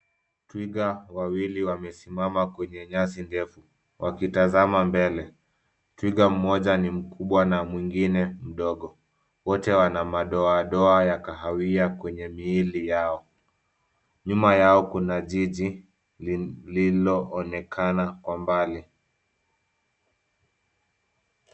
Twiga wawili wamesimama kwenye nyasi ndefu wakitazama mbele. Twiga mmoja ni mkubwa na mwingine mdogo. Wote wana madoadoa ya kahawia kwenye miili yao. Nyuma yao kuna jiji lililoonekana kwa mbali.